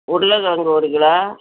உருளக்கிழங்கு ஒரு கிலோ